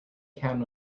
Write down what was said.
cat